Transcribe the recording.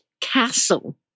castle